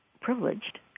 privileged